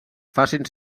facin